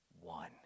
one